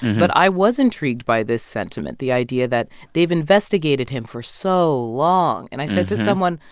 but i was intrigued by this sentiment the idea that they've investigated him for so long. and i said to someone,